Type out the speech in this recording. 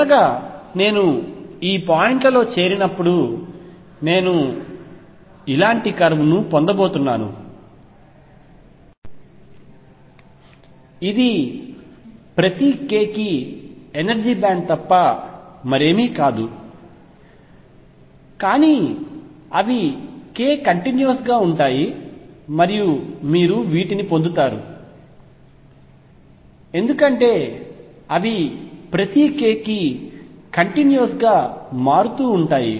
చివరగా నేను ఈ పాయింట్లలో చేరినప్పుడు నేను ఇలాంటి కర్వ్ ను పొందబోతున్నాను ఇది ప్రతి k కి ఎనర్జీ బ్యాండ్ తప్ప మరేమీ కాదు కానీ అవి k కంటిన్యూస్ గా ఉంటాయి మరియు మీరు వీటిని పొందుతారు ఎందుకంటే అవి ప్రతి k కి కంటిన్యూస్ గా మారుతూ ఉంటాయి